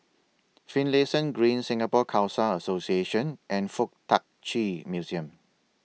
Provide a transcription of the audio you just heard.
Finlayson Green Singapore Khalsa Association and Fuk Tak Chi Museum